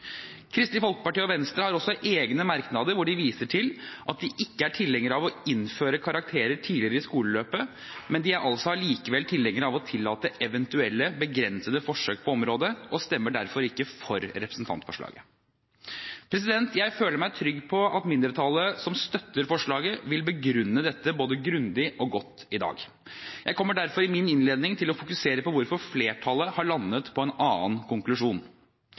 Kristelig Folkeparti og Venstre har også egne merknader, hvor de viser til at de ikke er tilhengere av å innføre karakterer tidligere i skoleløpet, men de er altså allikevel tilhengere av å tillate eventuelle, begrensede forsøk på området og stemmer derfor ikke for representantforslaget. Jeg føler meg trygg på at mindretallet som støtter forslaget, vil begrunne dette både grundig og godt i dag. Jeg kommer derfor i min innledning til å fokusere på hvorfor flertallet har landet på en annen konklusjon.